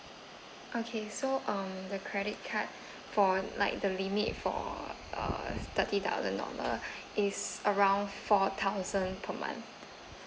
okay so um the credit card for like the limit for uh thirty thousand dollar is around four thousand per month